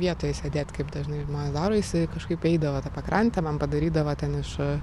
vietoj sėdėt kaip dažnai žmonės daro jisai kažkaip eidavo ta pakrante man padarydavo ten iš